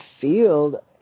field